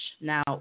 Now